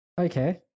Okay